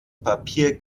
papier